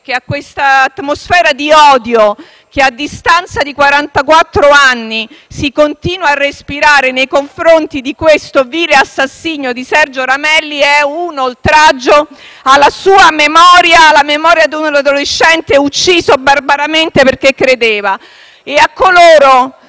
che questa atmosfera di odio, che a distanza di 44 anni si continua a respirare nei confronti del vile assassinio di Sergio Ramelli, è un oltraggio alla sua memoria, alla memoria di un adolescente ucciso barbaramente perché credeva.